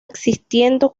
existiendo